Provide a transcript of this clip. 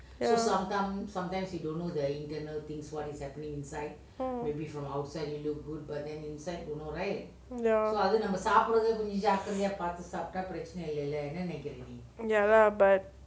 ya mm ya ya lah but